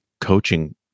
coaching